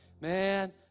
man